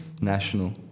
national